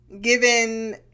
given